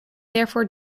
therefore